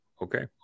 okay